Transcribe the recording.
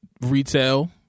retail